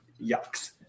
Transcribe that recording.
yucks